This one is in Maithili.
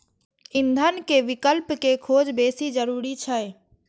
ईंधन के विकल्प के खोज बेसी जरूरी छै